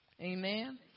Amen